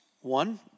One